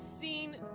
seen